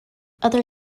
other